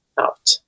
out